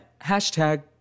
Hashtag